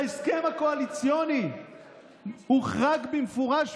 בהסכם הקואליציוני הוחרג במפורש,